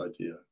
idea